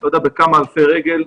לא יודע בכמה אלפי רגל,